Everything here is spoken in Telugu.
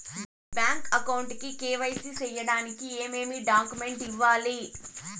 బ్యాంకు అకౌంట్ కు కె.వై.సి సేయడానికి ఏమేమి డాక్యుమెంట్ ఇవ్వాలి?